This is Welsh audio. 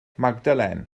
magdalen